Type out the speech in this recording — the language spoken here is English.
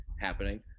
happening